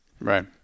Right